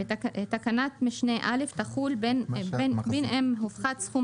(ב)תקנת משנה (א) תחול בין אם הופחת סכום